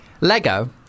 Lego